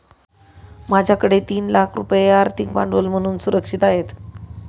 माझ्याकडे तीन लाख रुपये आर्थिक भांडवल म्हणून सुरक्षित आहेत